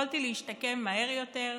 יכולתי להשתקם מהר יותר,